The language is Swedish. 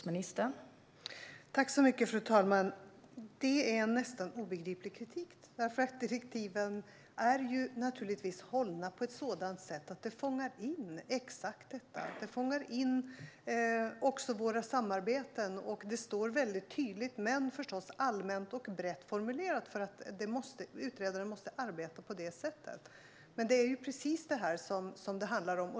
Fru talman! Det är en nästan obegriplig kritik eftersom direktivet naturligtvis är hållet på ett sådant sätt att det fångar in exakt detta. Det fångar in också våra samarbeten, och det står väldigt tydligt men förstås allmänt och brett formulerat, för utredaren måste arbeta på det sättet. Det är precis dessa frågor det handlar om.